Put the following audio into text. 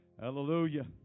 hallelujah